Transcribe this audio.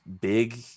big